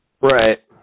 right